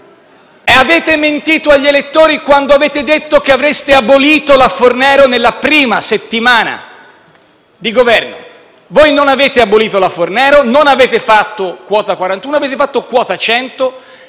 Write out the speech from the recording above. E avete mentito agli elettori quando avete detto che avreste abolito la legge Fornero nella prima settimana di Governo. Voi non avete abolito la legge Fornero e non avete fatto quota 41; avete fatto quota 100,